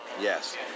Yes